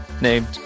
named